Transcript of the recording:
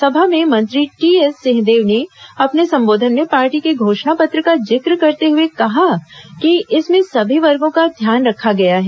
सभा में मंत्री टीएस सिंहदेव ने अपने संबोधन में पार्टी के घोषणा पत्र का जिक्र करते हुए कहा कि इसमें सभी वर्गों का ध्यान रखा गया है